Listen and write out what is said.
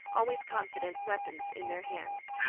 always confident weapons in their hands.